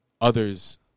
Others